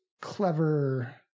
clever